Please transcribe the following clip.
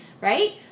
Right